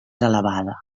elevada